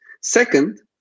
Second